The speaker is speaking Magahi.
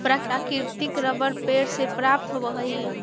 प्राकृतिक रबर पेड़ से प्राप्त होवऽ हइ